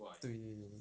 对对对对